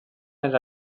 era